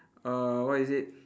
uh what is it